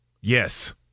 Yes